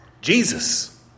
Jesus